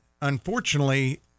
unfortunately